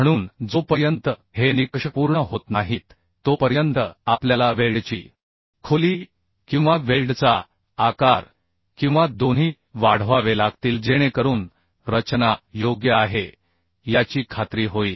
म्हणून जोपर्यंत हे निकष पूर्ण होत नाहीत तोपर्यंत आपल्याला वेल्डची खोली किंवा वेल्डचा आकार किंवा दोन्ही वाढवावे लागतील जेणेकरून रचना योग्य आहे याची खात्री होईल